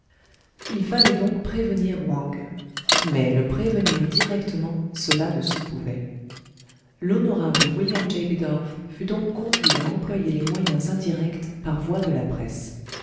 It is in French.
il fallait donc prévenir wang mais le prévenir directement cela ne se pouvait l'honorable william j bidulph fut donc conduit à employer les moyens indirects par voie de la presse